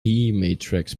matrix